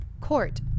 Court